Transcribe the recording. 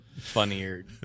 funnier